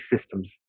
systems